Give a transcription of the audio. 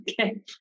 Okay